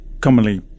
commonly